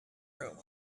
room